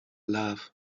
love